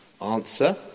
Answer